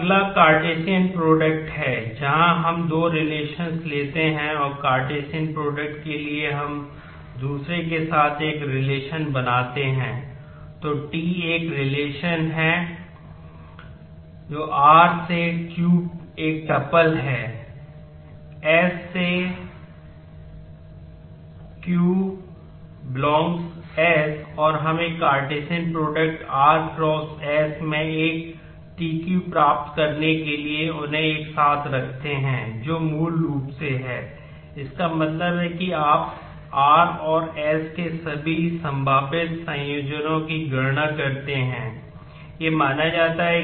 अगला Cartesian product s से होने पर null आता है